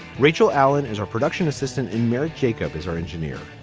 rachel allen is our production assistant in marriage. jacob is our engineer.